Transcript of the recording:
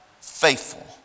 faithful